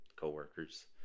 coworkers